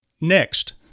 Next